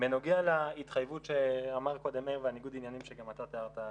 בנוגע להתחייבות שאמר קודם מאיר וניגוד העניינים שגם אתה תיארת,